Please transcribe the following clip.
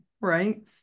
right